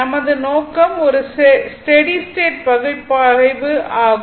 நமது நோக்கம் ஒரு ஸ்டெடி ஸ்டேட் பகுப்பாய்வு ஆகும்